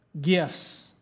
gifts